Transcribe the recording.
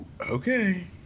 Okay